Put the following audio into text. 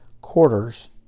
quarters